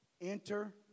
enter